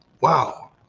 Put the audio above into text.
Wow